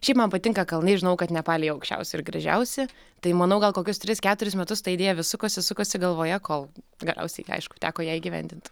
šiaip man patinka kalnai žinau kad nepale jie aukščiausi ir gražiausi tai manau gal kokius tris keturis metus ta idėja vis sukosi sukosi galvoje kol galiausiai aišku teko ją įgyvendint